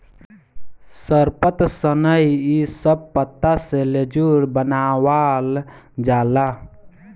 सरपत, सनई इ सब पत्ता से लेजुर बनावाल जाला